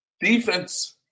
defense